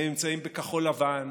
ונמצאים בכחול לבן,